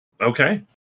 Okay